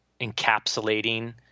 encapsulating